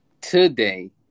today